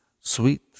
sweet